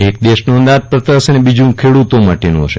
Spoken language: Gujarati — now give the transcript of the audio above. એક દેશનું અંદાજપત્ર હશે અને બીજું ખેડ્રતો માટેનું હશે